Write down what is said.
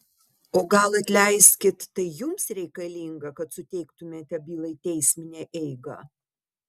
o gal atleiskit tai jums reikalinga kad suteiktumėte bylai teisminę eigą